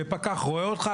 ופקח רואה אותך,